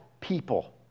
people